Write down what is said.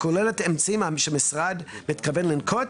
הכוללת אמצעים שהמשרד מתכוון לנקוט,